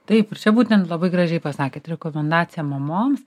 taip būtent labai gražiai pasakėt rekomendaciją mamoms